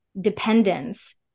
dependence